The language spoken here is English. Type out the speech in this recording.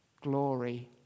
glory